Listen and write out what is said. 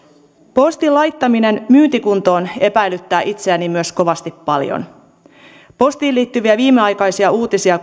postin laittaminen myyntikuntoon epäilyttää itseäni myös kovasti paljon postiin liittyviä viimeaikaisia uutisia